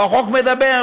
או החוק מדבר,